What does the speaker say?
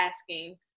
asking